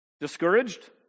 Discouraged